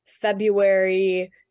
February